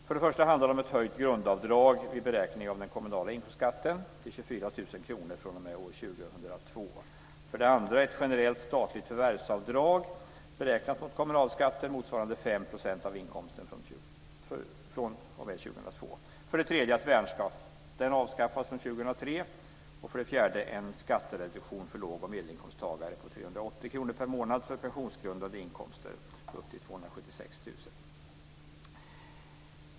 För det första handlar det om ett höjt grundavdrag vid beräkning av den kommunala inkomstskatten till 24 000 kr fr.o.m. år 2002. För det andra handlar det om ett generellt statligt förvärvsavdrag beräknat mot kommunalskatten motsvarande 5 % av inkomsten fr.o.m. 2002. För det tredje handlar det om att värnskatten avskaffas från 2003, och för det fjärde handlar det om en skattereduktion för låg och medelinkomsttagare på 380 kr per månad för pensionsgrundande inkomster upp till 276 000 kr.